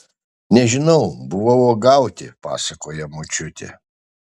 nežinau buvau uogauti pasakojo močiutė